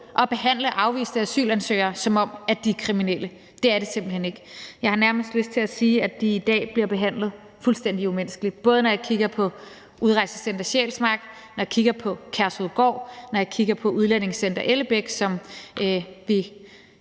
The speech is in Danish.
at behandle afviste asylansøgere, som om de er kriminelle. Det er det simpelt hen ikke. Jeg har nærmest lyst til at sige, at de i dag bliver behandlet fuldstændig umenneskeligt, både når jeg kigger på Udrejsecenter Sjælsmark, når jeg kigger på